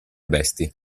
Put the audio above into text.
bestie